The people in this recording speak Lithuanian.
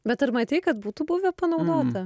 bet ar matei kad būtų buvę panaudota